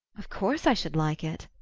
of course i should like it.